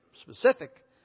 specific